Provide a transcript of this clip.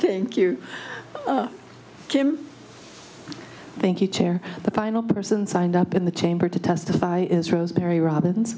thank you jim thank you chair the final person signed up in the chamber to testify is rosemary robbins